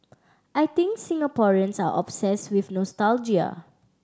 I think Singaporeans are obsess with nostalgia